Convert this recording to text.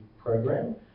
Program